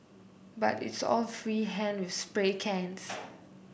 but it's all free hand with spray cans